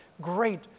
great